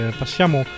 passiamo